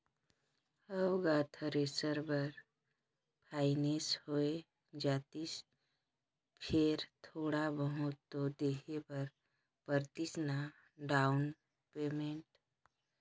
हव गा थेरेसर बर फाइनेंस होए जातिस फेर थोड़ा बहुत तो देहे बर परतिस ना डाउन पेमेंट